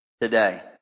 today